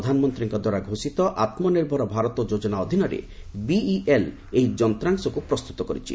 ପ୍ରଧାନମନ୍ତ୍ରୀଙ୍କ ଦ୍ୱାରା ଘୋଷିତ ଆତ୍ମନିର୍ଭର ଭାରତ ଯୋଜନା ଅଧୀନରେ ବିଇଏଲ ଏହି ଯନ୍ତ୍ରାଂଶକୁ ପ୍ରସ୍ତୁତ କରିଛି